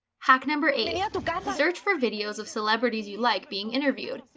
hack number eight, and and search for videos of celebrities you like being interviewed.